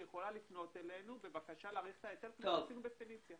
היא יכולה לפנות אלינו בבקשה להאריך את ההיטל כמו שעשינו בפניציה.